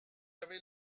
avez